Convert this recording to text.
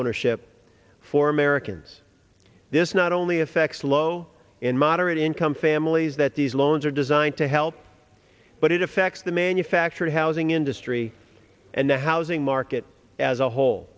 homeownership for americans this not only affects low and moderate income families that these loans are designed to help but it affects the manufactured housing industry and the housing market as a whole